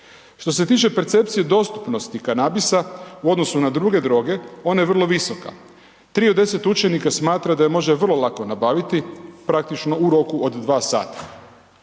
Što se tiče percepcije dostupnosti kanabisa u odnosu na druge droge ona je vrlo visoka, 3 od 10 učenika smatra da je može vrlo lako nabaviti praktično u roku od 2 sata.